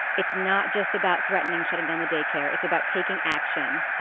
it's not just about threatening shutting down the daycare. it's about taking action.